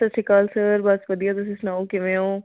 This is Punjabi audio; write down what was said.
ਸਤਿ ਸ਼੍ਰੀ ਅਕਾਲ ਸਰ ਬਸ ਵਧੀਆ ਤੁਸੀਂ ਸੁਣਾਓ ਕਿਵੇਂ ਹੋ